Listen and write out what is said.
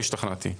השתכנעתי.